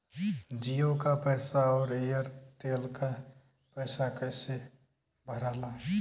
जीओ का पैसा और एयर तेलका पैसा कैसे भराला?